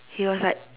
he was like